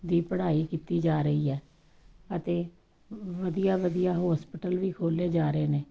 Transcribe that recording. ਦੀ ਪੜ੍ਹਾਈ ਕੀਤੀ ਜਾ ਰਹੀ ਹੈ ਅਤੇ ਵਧੀਆ ਵਧੀਆ ਹੌਸਪੀਟਲ ਵੀ ਖੋਲ੍ਹੇ ਜਾ ਰਹੇ ਨੇ